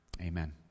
Amen